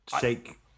shake